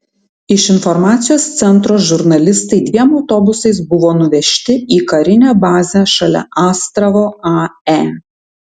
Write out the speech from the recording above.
iš informacijos centro žurnalistai dviem autobusais buvo nuvežti į karinę bazę šalia astravo ae